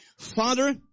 Father